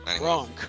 Wrong